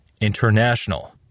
International